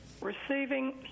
receiving